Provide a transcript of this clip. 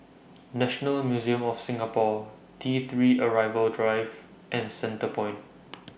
National Museum of Singapore T three Arrival Drive and The Centrepoint